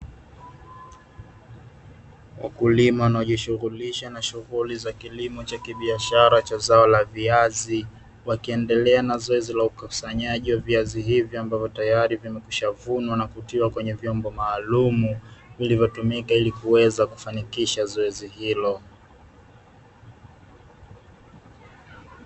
Wakulima wanaojishughulisha na shughuli za kilimo cha kibiashara cha zao la viazi, wakiendelea na zoezi la ukasanyaji wa viazi hivyo ambavyo tayari vimekwishavunwa na kutiwa kwenye vyombo maalumu vilivyotumika ili kuweza kufanikisha zoezi hilo.